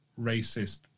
racist